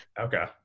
Okay